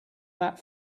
that